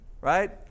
right